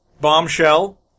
bombshell